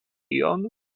ion